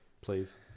please